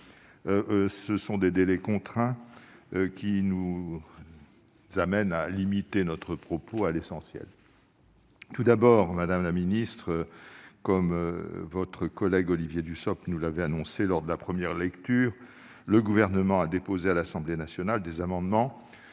sont particulièrement contraints. Je limiterai donc mon propos à l'essentiel. Tout d'abord, madame la ministre, comme votre collègue Olivier Dussopt nous l'avait annoncé lors de la première lecture, le Gouvernement a déposé à l'Assemblée nationale des amendements